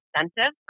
incentive